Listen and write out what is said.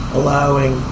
allowing